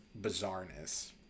bizarreness